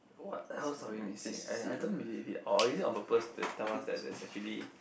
what else are we missing I I don't believe it or is it on purpose that tell us there's actually